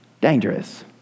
dangerous